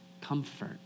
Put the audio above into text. comfort